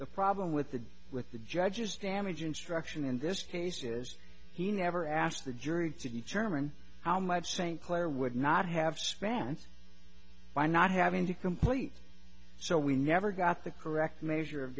the problem with the with the judge's damage instruction in this case is he never asked the jury to determine how much st clair would not have spans by not having to complete so we never got the correct measure of